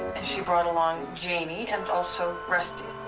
and she brought along janey and also rusty.